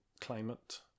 climate